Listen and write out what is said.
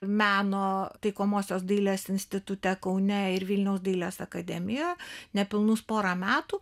meno taikomosios dailės institute kaune ir vilniaus dailės akademijoje nepilnus porą metų